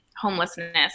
homelessness